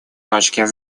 точки